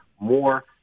more